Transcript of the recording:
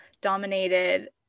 dominated